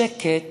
שקט